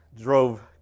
drove